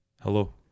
hello